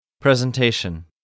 Presentation